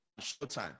Showtime